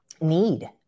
need